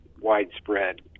widespread